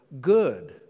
good